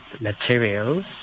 materials